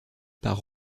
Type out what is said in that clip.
par